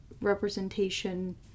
representation